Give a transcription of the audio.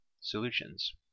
solutions